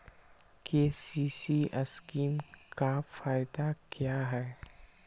KCC scheme का फायदा क्या है?